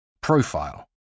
profile